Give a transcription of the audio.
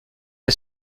est